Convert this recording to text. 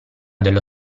dello